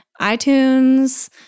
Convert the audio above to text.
iTunes